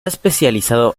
especializado